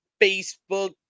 Facebook